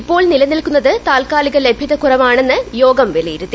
ഇപ്പോൾ നിലനിൽക്കുന്നത് താൽക്കാലിക ലഭ്യതക്കുറവാണെന്ന് യോഗം വിലയിരുത്തി